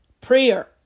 prayer